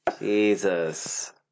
Jesus